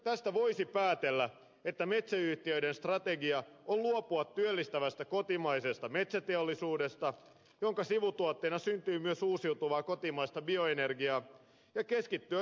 tästä voisi päätellä että metsäyhtiöiden strategia on luopua työllistävästä kotimaisesta metsäteollisuudesta jonka sivutuotteena syntyy myös uusiutuvaa kotimaista bioenergiaa ja keskittyä ydinvoimabisnekseen